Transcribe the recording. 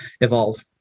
evolve